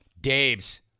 Dave's